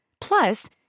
Plus